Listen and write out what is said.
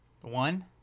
one